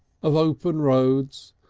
of open roads,